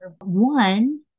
One